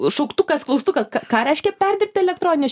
šauktukas klaustukas ką reiškia perdirbt elektronines